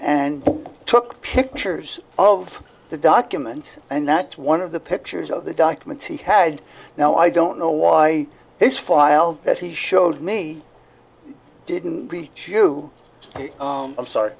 and took pictures of the documents and that's one of the pictures of the documents he had now i don't know why he's filed that he showed me didn't reach you i'm sorry